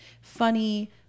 funny